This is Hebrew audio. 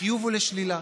לחיוב ולשלילה.